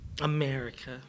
America